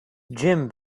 jim